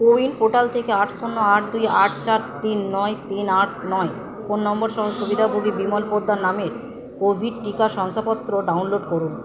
CoWIN portal থেকে আট শূন্য আট দুই আট চার তিন নয় তিন আট নয় ফোন নম্বরসহ সুবিধাভোগী বিমল পোদ্দার নামের কোভিড টিকা শংসাপত্র ডাউনলোড করুন